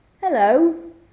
Hello